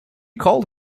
called